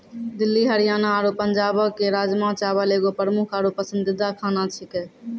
दिल्ली हरियाणा आरु पंजाबो के राजमा चावल एगो प्रमुख आरु पसंदीदा खाना छेकै